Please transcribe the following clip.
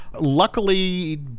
luckily